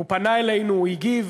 הוא פנה אלינו, הוא הגיב,